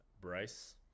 Bryce